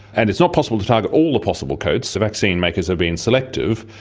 and it's not possible to target all the possible coats. the vaccine makers have been selective.